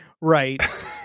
Right